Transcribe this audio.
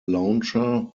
launcher